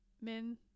men